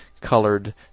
colored